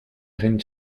règne